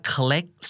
Collect